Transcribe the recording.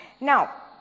Now